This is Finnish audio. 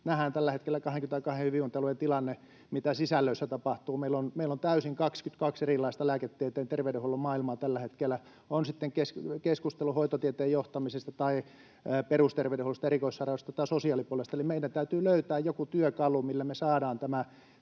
nähdään tällä hetkellä 22 hyvinvointialueen tilanne, mitä sisällöissä tapahtuu. Meillä on 22 täysin erilaista lääketieteen, terveydenhuollon maailmaa tällä hetkellä, on sitten keskustelu hoitotieteen johtamisesta tai perusterveydenhuollosta, erikoissairaanhoidosta tai sosiaalipuolesta. Eli meidän täytyy löytää joku työkalu, millä me saadaan